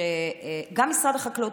גם משרד החקלאות,